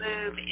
move